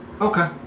Okay